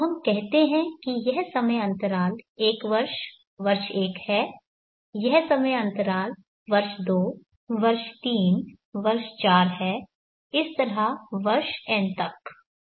तो हम कहते हैं कि यह समय अंतराल एक वर्ष वर्ष एक है यह समय अंतराल वर्ष दो वर्ष तीन वर्ष चार है इस तरह वर्ष n तक